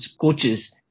coaches